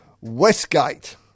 Westgate